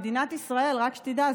רק שתדע,